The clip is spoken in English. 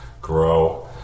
grow